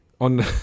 on